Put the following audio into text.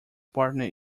partner